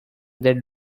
the